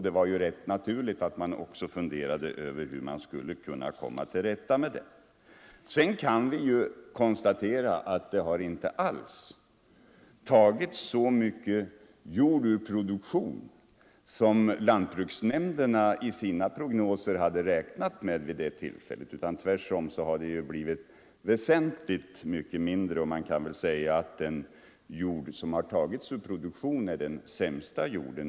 Det var rätt naturligt att man funderade över hur man skulle kunna komma till rätta med det problemet. Sedan kan vi konstatera att det inte alls har tagits så mycket jord ur produktion som lantbruksnämnderna i sina prognoser hade räknat med vid det tillfället. Tvärtom har det blivit väsentligt mycket mindre, och man kan väl säga att den jord som har tagits ur produktion är den sämsta jorden.